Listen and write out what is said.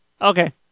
Okay